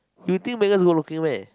you think Megan is good looking meh